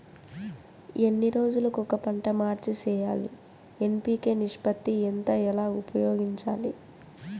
ఎన్ని రోజులు కొక పంట మార్చి సేయాలి ఎన్.పి.కె నిష్పత్తి ఎంత ఎలా ఉపయోగించాలి?